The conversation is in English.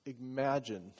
Imagine